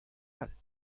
all